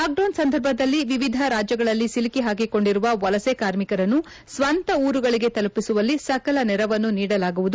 lockdown ಸಂದರ್ಭದಲ್ಲಿ ವಿವಿಧ ರಾಜ್ಯಗಳಲ್ಲಿ ಸಿಲುಕಿ ಹಾಕಿಕೊಂಡಿರುವ ವಲಸೆ ಕಾರ್ಮಿಕರನ್ನು ಸ್ವಂತ ಊರುಗಳಗೆ ತಲುಪಿಸುವಲ್ಲಿ ಸಕಲ ನೆರವನ್ನು ನೀಡಲಾಗುವುದು